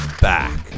back